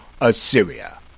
Assyria